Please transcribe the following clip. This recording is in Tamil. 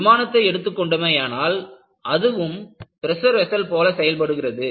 விமானத்தை எடுத்துக் கொண்டோமேயானால் அதுவும் பிரஷர் வெஸ்ஸல் போல செயல்படுகிறது